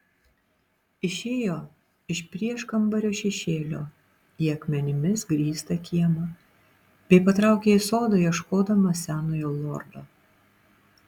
išėjo iš prieškambario šešėlio į akmenimis grįstą kiemą bei patraukė į sodą ieškodama senojo lordo